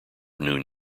noon